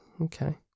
Okay